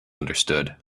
understood